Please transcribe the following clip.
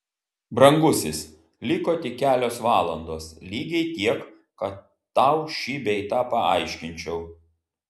brangusis liko tik kelios valandos lygiai tiek kad tau šį bei tą paaiškinčiau